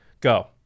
Go